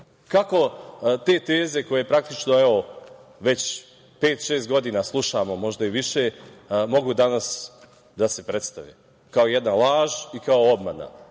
te teze koje praktično, evo, već pet-šest godina slušamo, možda i više mogu danas da se predstave kao jedna laž i kao obmana.